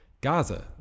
Gaza